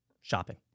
shopping